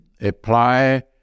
apply